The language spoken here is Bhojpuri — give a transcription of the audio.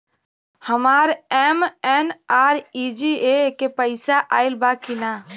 हमार एम.एन.आर.ई.जी.ए के पैसा आइल बा कि ना?